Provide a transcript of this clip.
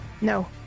No